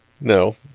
No